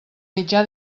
mitjà